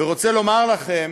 ורוצה לומר לכם